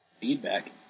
Feedback